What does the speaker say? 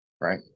right